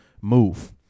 move